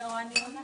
אין בעיה.